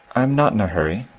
i am not in a hurry.